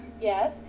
Yes